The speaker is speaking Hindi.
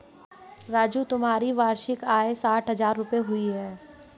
राजू तुम्हारी वार्षिक आय साठ हज़ार रूपय हुई